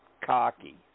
cocky